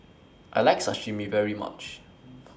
I like Sashimi very much